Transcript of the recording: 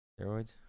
Steroids